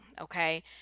okay